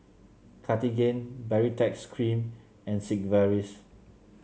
Cartigain Baritex Cream and Sigvaris